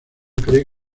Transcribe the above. cree